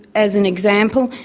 as an example,